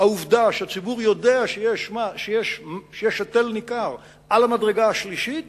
העובדה שהציבור יודע שיש היטל ניכר על המדרגה השלישית